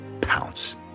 pounce